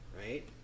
right